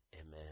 amen